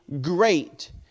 great